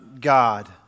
God